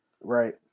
Right